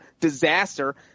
disaster